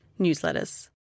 newsletters